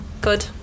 good